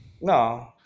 No